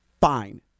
fine